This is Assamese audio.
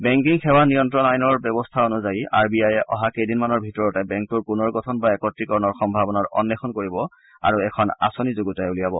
বেংকিং সেৱা নিয়ন্ত্ৰণ আইনৰ ব্যৱস্থা অনুযায়ী আৰ বি আয়ে অহা কেইদিন মানৰ ভিতৰত বেংকটোৰ পুনৰ গঠন বা একত্ৰীকৰণৰ সম্ভাৱনাৰ অন্বেষণ কৰিব আৰু এখন আঁচনি যুগুতাই উলিয়াব